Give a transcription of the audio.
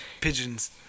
Pigeons